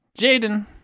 Jaden